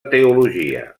teologia